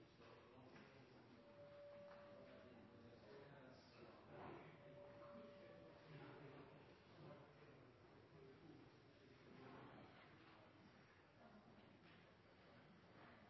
statsråd